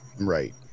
Right